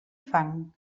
fang